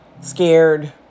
scared